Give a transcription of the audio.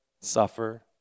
suffer